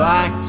Back